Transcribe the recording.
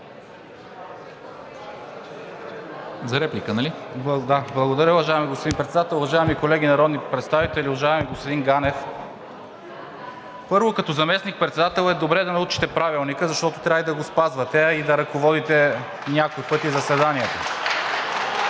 за България): Благодаря, уважаеми господин Председател. Уважаеми колеги народни представители! Уважаеми господин Ганев, първо, като заместник-председател е добре да научите Правилника, защото трябва и да го спазвате, а да ръководите някой път и заседанието.